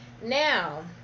Now